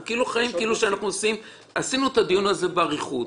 עשינו את הדיון באריכות.